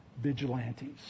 vigilantes